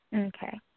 okay